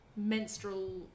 menstrual